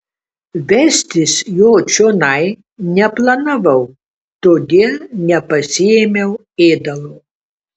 vestis jo čionai neplanavau todėl nepasiėmiau ėdalo